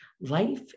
Life